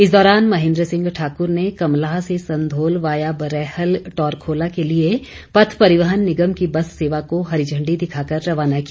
इस दौरान महेन्द्र सिंह ठाक्र ने कमलाह से संधोल वाया बरैहल टॉरखोला के लिए पथ परिवहन निगम की बस सेवा को हरी झण्डी दिखाकर रवाना किया